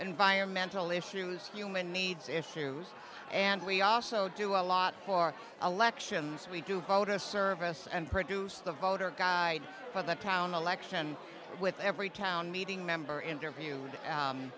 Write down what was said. environmental issues human needs issues and we also do a lot for elections we do vote a service and produce the voter guide for the town election with every town meeting member interview